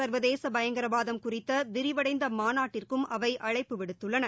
சர்வதேச பயங்கரவாதம் குறித்த விரிவடைந்த மாநாட்டிற்கும் அவை அழைப்பு விடுத்துள்ளன